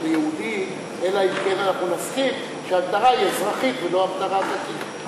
יהודי אלא אם כן אנחנו נסכים שההגדרה היא אזרחית ולא הגדרה דתית.